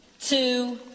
two